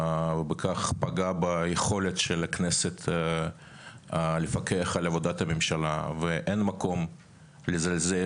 בכך פגעה ביכולת של הכנסת לפקח על עבודת הממשלה ואין מקום לזלזל